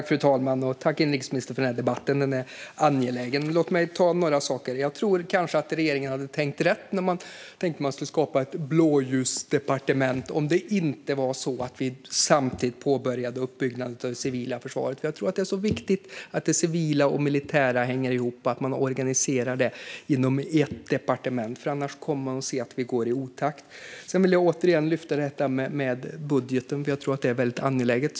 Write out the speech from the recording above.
Fru talman! Tack, inrikesministern, för den här debatten! Den är angelägen. Men låt mig ta upp några saker. Jag tror kanske att regeringen hade tänkt rätt när man tänkte att man skulle skapa ett blåljusdepartement, om det inte hade varit så att vi samtidigt påbörjade uppbyggandet av det civila försvaret. Det är så viktigt att det civila och det militära hänger ihop och att man organiserar det inom ett departement, annars kommer man att gå i otakt. Sedan vill jag återigen lyfta fram detta med budgeten, för jag tror att det är väldigt angeläget.